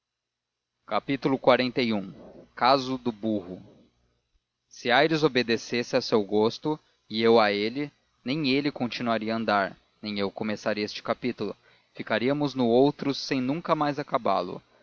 la mantilla xli caso do burro se aires obedecesse ao seu gosto e eu a ele nem ele continuaria a andar nem eu começaria este capítulo ficaríamos no outro sem nunca mais acabá lo